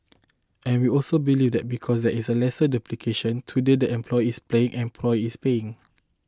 and we also believe that because there is a lesser duplication today the employer is paying employee is paying